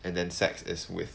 and then sex is with